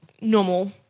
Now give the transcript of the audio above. normal